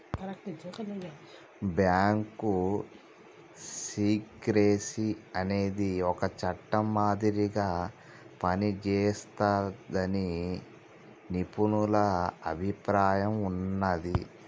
bank secrecy అనేది ఒక చట్టం మాదిరిగా పనిజేస్తాదని నిపుణుల అభిప్రాయం ఉన్నాది